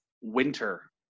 winter